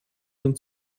den